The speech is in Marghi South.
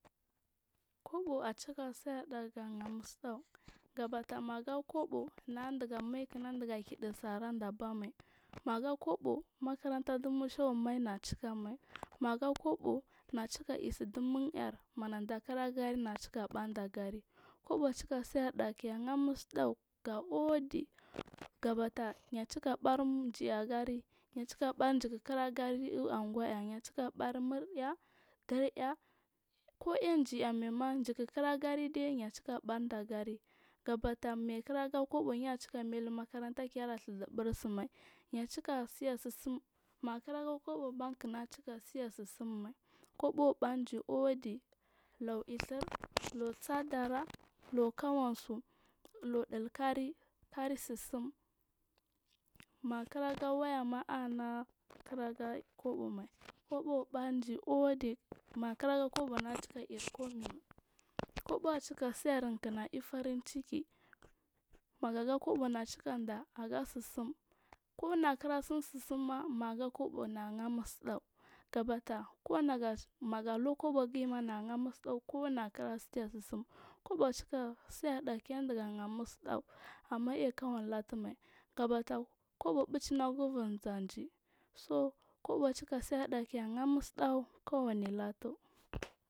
Kobo acikasaɗa ha hya musu du gabata maga kobo nadiga mai kinda diga kidusu araji ba ama maga kobo makaranta du mubur mai nagacika mai maga kobo na cika isudu mun ar nada kiragar na cika ɓandagari kobo cikar saar kehar musudagu ga udi gabata yacika ɓam ji agari ya cika ɓan jiki kira gariu anguwa uar ya cika bar muraya kirya ko aijiay amaima jiki kira garide ya cika ɓanda gari gabata mai yakiriga kobo yacika mailu makaranta kele dhur zubur sumai yacika sinya sirsum mayaki aga kobo nagacika dhaiy sisi mai kobo ɓanji udi lau idhir lau sadara laukowani suu lauchikan sirsum makiraga wayama anagur kobo kobo ban ji udi makiraga kobo nagacika isukumai kobo acika sarrin kina ifarin ciki managa kobo naga cika ifarinciki kunagu kira sim sum suma maga kobo nagahar musu ɗagu gabada konaga kobo ginyi ma nagahar musu dagu konagakira siyasir sim amma aiyi kowani latumai gaba nda kobo bicinagum andiga zanjdu so kobo cika sadi ke har musudagu kowani latu.